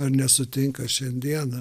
ar nesutinka šiandieną